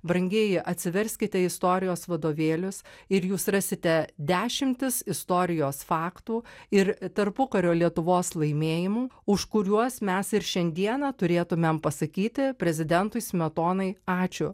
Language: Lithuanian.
brangieji atsiverskite istorijos vadovėlius ir jūs rasite dešimtis istorijos faktų ir tarpukario lietuvos laimėjimų už kuriuos mes ir šiandieną turėtumėm pasakyti prezidentui smetonai ačiū